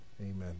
amen